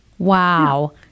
Wow